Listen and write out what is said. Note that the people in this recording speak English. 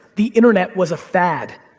the internet was a fad,